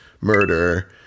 murder